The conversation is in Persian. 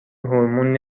هورمون